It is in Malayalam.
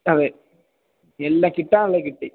അതെ എല്ലാ കിട്ടാനുള്ളത് കിട്ടി